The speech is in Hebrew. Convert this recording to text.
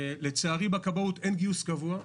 לצערי בכבאות אין גיוס קבוע,